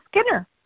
Skinner